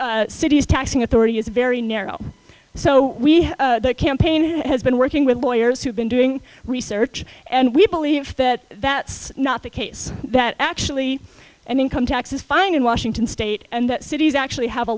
city's taxing authority is very narrow so we the campaign has been working with lawyers who've been doing research and we believe that that's not the case that actually an income tax is fine in washington state and that cities actually have a